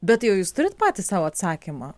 bet tai o jūs turit patys sau atsakymą